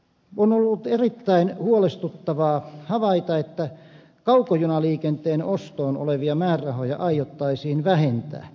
on ollut erittäin huolestuttavaa havaita että kaukojunaliikenteen ostoon olevia määrärahoja aiottaisiin vähentää